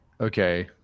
Okay